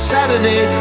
Saturday